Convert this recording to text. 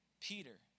Peter